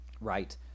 right